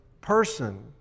person